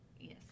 Yes